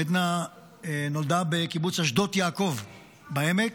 עדנה נולדה בקיבוץ אשדות יעקב בעמק.